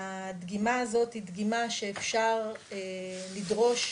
הדגימה הזאת היא דגימה שאפשר לדרוש